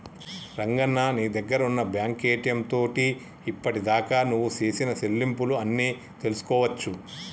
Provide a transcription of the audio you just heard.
రంగన్న నీ దగ్గర ఉన్న బ్యాంకు ఏటీఎం తోటి ఇప్పటిదాకా నువ్వు సేసిన సెల్లింపులు అన్ని తెలుసుకోవచ్చు